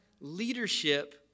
leadership